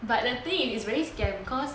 but the thing is very scam cause